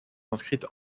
inscrites